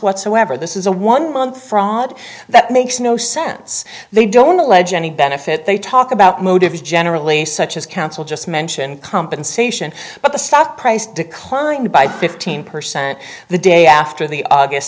whatsoever this is a one month fraud that makes no sense they don't allege any benefit they talk about motives generally such as counsel just mentioned compensation but the stock price declined by fifteen percent the day after the august